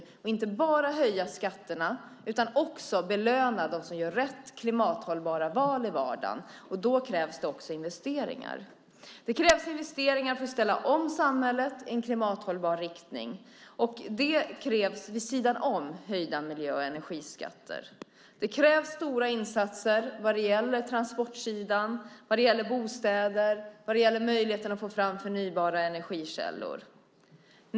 Man ska inte bara höja skatterna utan också belöna dem som gör rätt och klimathållbara val i vardagen. Då krävs det också investeringar. Det krävs investeringar för att ställa om samhället i en klimathållbar riktning. Detta krävs vid sidan om höjda miljö och energiskatter. Det krävs stora insatser vad gäller transportsidan, vad gäller bostäder och vad gäller möjligheten att få fram förnybara energikällor.